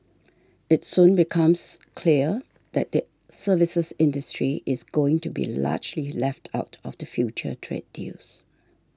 it soon becomes clear that the services industry is going to be largely left out of the future trade deals